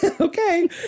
Okay